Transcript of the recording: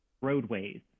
roadways